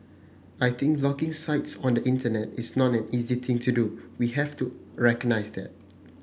I think blocking sites on the Internet is not an easy thing to do we have to recognise that